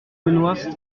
benoist